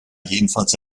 jedenfalls